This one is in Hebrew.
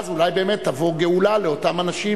ואז אולי באמת תבוא גאולה לאותם אנשים